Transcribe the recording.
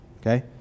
Okay